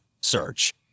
Search